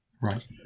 Right